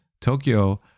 Tokyo